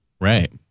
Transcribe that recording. Right